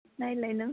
नायलाय नों